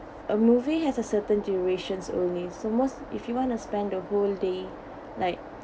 a movie has a certain durations only so most if you want to spend the whole day like